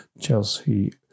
Chelsea